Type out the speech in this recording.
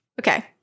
Okay